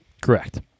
Correct